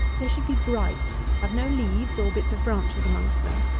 they should be bright, have no leaves or bits of branches amongst them.